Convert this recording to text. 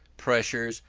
pressures,